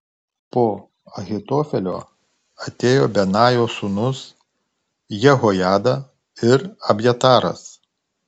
po ahitofelio atėjo benajo sūnus jehojada ir abjataras